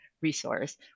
resource